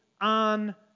on